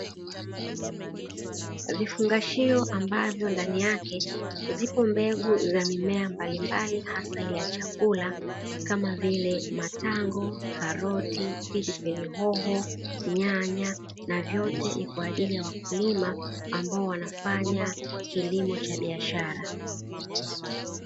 Vifungashio ambavyo ndani yake zipo mbegu za mimea mbalimbali hasa ile ya chakula, kama vile matango, karoti, hoho, nyanya; na vyote ni kwa ajili ya wakulima ambao wanafanya kilimo cha biashara.